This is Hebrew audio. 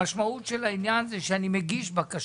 המשמעות של העניין הזה שאני מגיש בקשה,